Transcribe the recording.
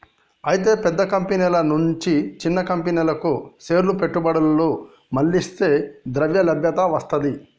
అయితే పెద్ద కంపెనీల నుంచి చిన్న కంపెనీలకు పేర్ల పెట్టుబడులు మర్లిస్తే ద్రవ్యలభ్యత వస్తది